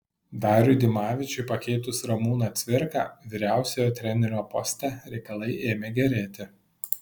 dariui dimavičiui pakeitus ramūną cvirką vyriausiojo trenerio poste reikalai ėmė gerėti